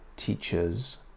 teachers